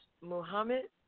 Muhammad